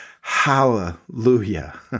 Hallelujah